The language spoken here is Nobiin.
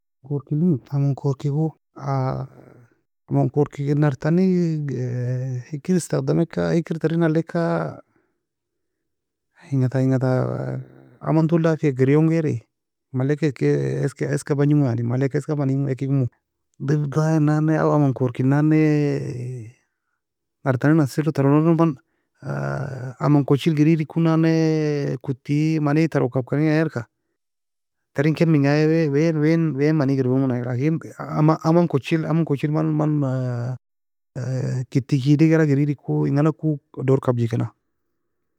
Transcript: Aman korky limi, aman korky goe aman korky nar tani hikir estakhdameka? Hikir tarin aleika? Enga ta enga ta aman toe dafika gerioun gairi, in malka ekae eska eska bagnimo, yani malk eska manimo ekimo, defdaain nannae او aman korkin nanne nartani nassei log taron nanne man aman kochil graidei ku nanne, koti i mani, taron kabkani iginan gairka, taren ken men ga ayiae wae wae wean maniga erbirmo aye, لكن aman aman kochil aman kochil, man man kity keadi galag griedi ku enga alag ku odor kabgi keno.